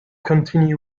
continue